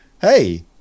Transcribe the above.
hey